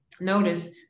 notice